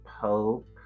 pope